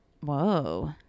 Whoa